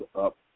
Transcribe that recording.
up